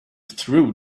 through